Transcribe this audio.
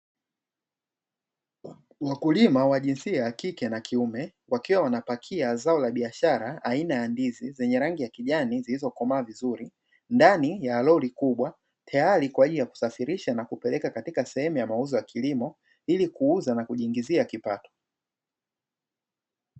Wakulima wa jinsia ya kike na kiume wakiwa wanapakia zao la biashara aina ya ndizi zenye rangi ya kijani, zilizokomaa vizuri ndani ya lori kubwa tayari kwa ajili ya kusafirisha na kupeleka katika sehemu ya mauzo ya kilimo ili kuuza na kujiingizia kipato.